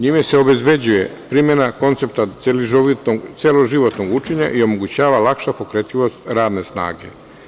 NJime se obezbeđuje primena koncepta celoživotnog učenja i omogućava lakša pokretljivost radne snage.